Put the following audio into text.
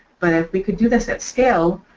but if we could do this at scale,